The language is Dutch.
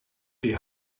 die